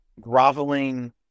groveling